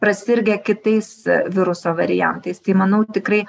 prasirgę kitais viruso variantais tai manau tikrai